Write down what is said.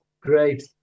Great